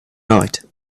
night